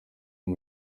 uyu